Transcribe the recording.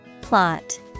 Plot